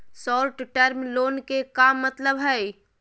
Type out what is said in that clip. Short term loan के का मतलब हई?